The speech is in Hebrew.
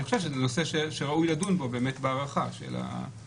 אני חושב שזה נושא שראוי לדון בו בהארכה של החוק.